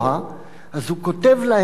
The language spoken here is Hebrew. אז הוא כותב להם פתק: